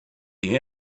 the